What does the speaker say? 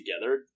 together